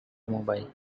mobile